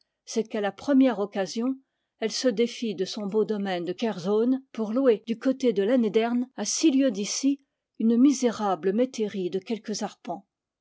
c'est qu'à la première occasion elle se défit de son beau domaine de ker tonn pour louer du côté de lannédern à six lieues d'ici une misérable métairie de quelques arpents